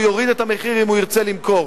הוא יוריד את המחיר אם הוא ירצה למכור,